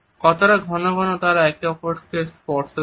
কতটা ঘনঘন তারা একে অপরকে স্পর্শ করে